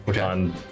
on